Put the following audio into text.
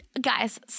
guys